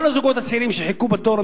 כל הזוגות הצעירים שחיכו בתור,